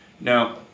Now